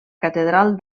catedral